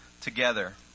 together